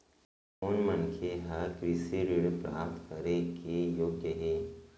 कोन मनखे ह कृषि ऋण प्राप्त करे के योग्य हे?